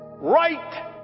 right